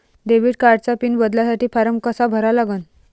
Debit कार्डचा pin बदलासाठी form कसा भरा लागन?